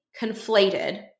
conflated